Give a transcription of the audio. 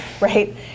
right